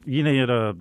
jinai yra